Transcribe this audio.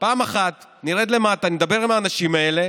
פעם אחת נרד למטה, נדבר עם האנשים האלה.